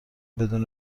بدون